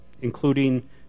including